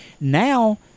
Now